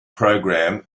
program